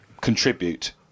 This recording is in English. contribute